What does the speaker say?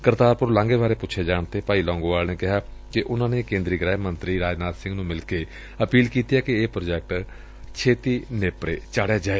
ਕਰਤਾਰਪੁਰ ਲਾਘੇ ਬਾਰੇ ਪੁੱਛੇ ਜਾਣ ਤੇ ਭਾਈਂ ਲੌਂਗੋਵਾਲ ਨੇ ਕਿਹਾ ਕਿ ਉਨਾਂ ਨੇ ਕੇਂਦਰੀ ਗ੍ਰਹਿ ਮੰਤਰੀ ਰਾਜਨਾਥ ਸਿੰਘ ਨੂੰ ਮਿਲ ਕੇ ਅਪੀਲ ਕੀਡੀ ਏ ਕਿ ਇਹ ਪ੍ਰਾਜੈਕਟ ਛੇਡੀ ਨੇਪਰੇ ਚਾੜਿਆ ਜਾਏ